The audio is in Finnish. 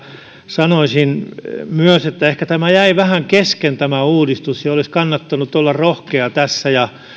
sanoisin myös että ehkä tämä uudistus jäi vähän kesken ja olisi kannattanut olla rohkea tässä ja